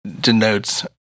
denotes